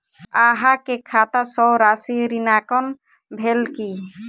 अहाँ के खाता सॅ राशि ऋणांकन भेल की?